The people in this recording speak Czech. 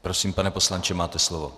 Prosím, pane poslanče, máte slovo.